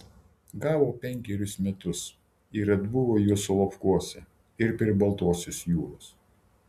gavo penkerius metus ir atbuvo juos solovkuose ir prie baltosios jūros